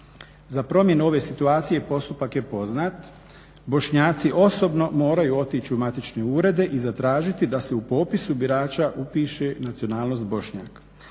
Za promjenu ove situacije postupak je poznat, Bošnjaci osobno moraju otići u matične urede i zatražiti da se u popisu birača upiše nacionalnost Bošnjak.